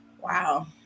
wow